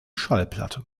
schallplatte